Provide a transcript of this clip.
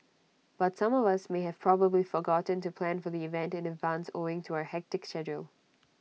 but some of us may have probably forgotten to plan for the event in advance owing to our hectic schedule